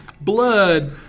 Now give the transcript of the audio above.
blood